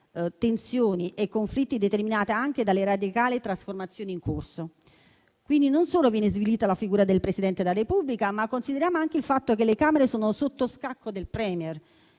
tensioni e conflitti, determinata anche dalle radicali trasformazioni in corso. Non solo, quindi, viene svilita la figura del Presidente della Repubblica, ma consideriamo anche il fatto che le Camere sono sotto scacco del *Premier.*